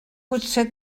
potser